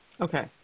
Okay